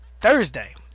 Thursday